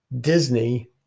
Disney